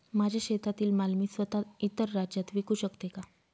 माझ्या शेतातील माल मी स्वत: इतर राज्यात विकू शकते का?